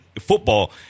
football